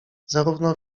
zarówno